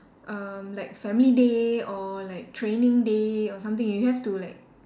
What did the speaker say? erm like family day or like training day or something you have to like